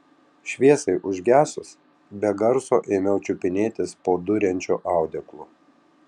šviesai užgesus be garso ėmiau čiupinėtis po duriančiu audeklu